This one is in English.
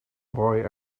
boy